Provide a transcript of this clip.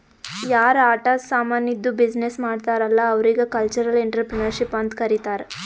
ಯಾರ್ ಆಟ ಸಾಮಾನಿದ್ದು ಬಿಸಿನ್ನೆಸ್ ಮಾಡ್ತಾರ್ ಅಲ್ಲಾ ಅವ್ರಿಗ ಕಲ್ಚರಲ್ ಇಂಟ್ರಪ್ರಿನರ್ಶಿಪ್ ಅಂತ್ ಕರಿತಾರ್